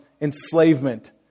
enslavement